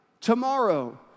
tomorrow